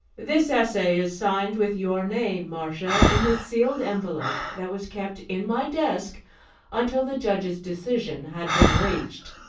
this essay is signed with your name, marcia, in the sealed envelope that was kept in my desk until the judges' decision had been reached.